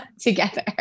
together